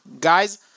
guys